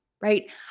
right